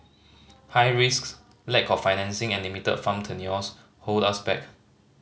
high risks lack of financing and limited farm tenures hold us back